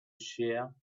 shear